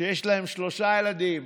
שיש להם שלושה ילדים.